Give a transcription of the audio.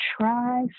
try